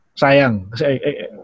sayang